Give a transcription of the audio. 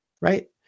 Right